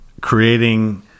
creating